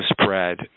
spread